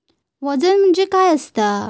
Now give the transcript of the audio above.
वजन म्हणजे काय असता?